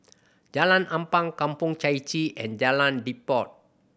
Jalan Ampang Kampong Chai Chee and Jalan Redop